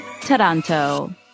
taranto